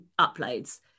uploads